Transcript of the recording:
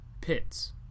pits